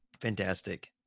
Fantastic